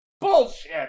Bullshit